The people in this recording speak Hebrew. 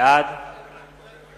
בעד